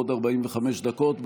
בעוד 45 דקות,